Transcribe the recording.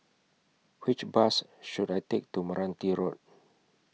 Which Bus should I Take to Meranti Road